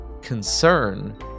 concern